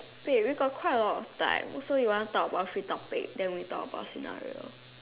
wait we got quite a lot of time so you want to talk about three topic then we talk about scenario